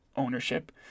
ownership